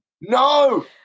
No